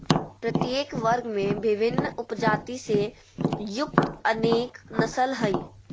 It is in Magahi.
प्रत्येक वर्ग में विभिन्न उपजाति से युक्त अनेक नस्ल हइ